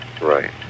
Right